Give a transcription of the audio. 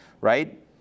right